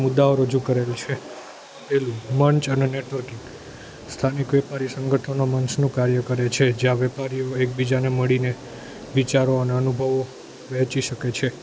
મુદ્દાઓ રજૂ કરેલ છે પહેલું મંચ અને નેટવર્કિંગ સ્થાનિક વેપારીઓ સંગઠનો મંચનું કાર્ય કરે છે જ્યાં વેપારીઓ એકબીજાને મળીને વિચારો અને અનુભવો વહેંચી શકે છે